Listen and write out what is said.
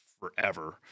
forever